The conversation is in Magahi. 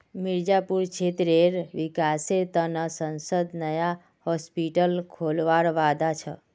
मिर्जापुर क्षेत्रेर विकासेर त न सांसद नया हॉस्पिटल खोलवार वादा छ